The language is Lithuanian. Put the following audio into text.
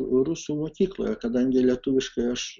rusų mokykloje kadangi lietuviškai aš